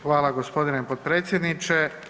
Hvala gospodine potpredsjedniče.